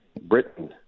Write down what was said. Britain